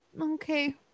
Okay